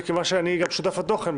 מכיוון שאני גם שותף לתוכן.